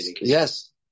Yes